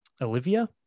Olivia